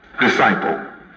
disciple